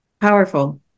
Powerful